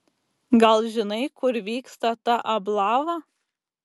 gal žinai kur vyksta ta ablava